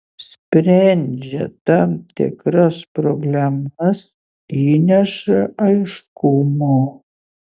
sprendžia tam tikras problemas įneša aiškumo